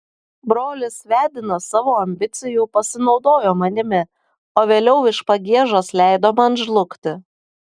brolis vedinas savo ambicijų pasinaudojo manimi o vėliau iš pagiežos leido man žlugti